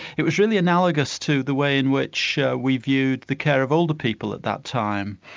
it was really analogous to the way in which we viewed the care of older people at that time.